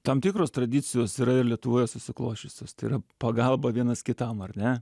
tam tikros tradicijos yra ir lietuvoje susiklosčiusios tai yra pagalba vienas kitam ar ne